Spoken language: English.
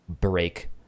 break